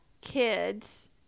kids